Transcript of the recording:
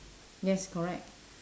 yes correct